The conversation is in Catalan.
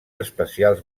especials